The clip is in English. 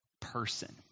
person